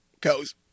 goes